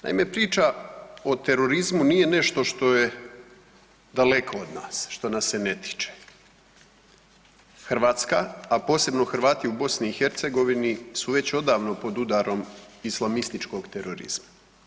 Naime, priča o terorizmu nije nešto što je daleko od nas, što nas se ne tiče, Hrvatska, a posebno Hrvati u BiH su već odavano pod udarom islamističkog terorizma.